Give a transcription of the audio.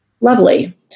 lovely